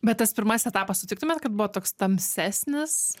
bet tas pirmasis etapas sutiktumėt kad buvo toks tamsesnis